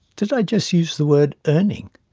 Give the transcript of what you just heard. did i just use the word earning?